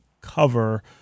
cover